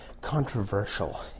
controversial